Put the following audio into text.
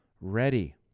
ready